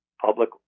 public